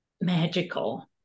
magical